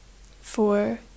Four